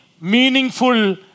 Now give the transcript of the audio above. meaningful